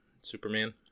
Superman